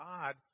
God